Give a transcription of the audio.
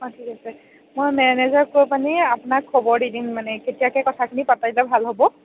অ ঠিক আছে মই মেনেজাৰক কৈপিনি আপোনাক খবৰ দি দিম মানে কেতিয়াকৈ কথাখিনি পাতিলে ভাল হ'ব